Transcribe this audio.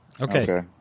Okay